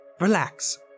relax